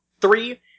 Three